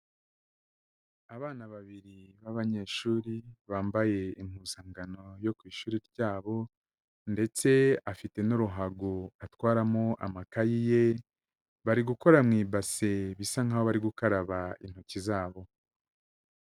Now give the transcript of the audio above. Abana babiri b'abanyeshuri bambaye impuzankano yo ku ishuri ryabo, ndetse afite n'uruhago atwaramo amakayi ye, bari gukora mu ibase bisa nk'aho bari gukaraba intoki zabo.